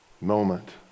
moment